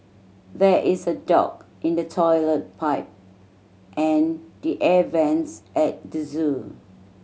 there is a dog in the toilet pipe and the air vents at the zoo